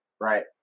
Right